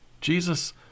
Jesus